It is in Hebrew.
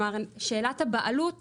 שאלת הבעלות